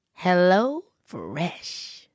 HelloFresh